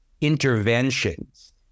interventions